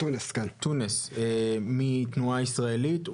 מתנועה ישראלית,